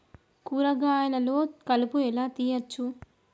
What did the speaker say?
కూరగాయలలో కలుపు ఎలా తీయచ్చు?